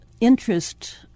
interest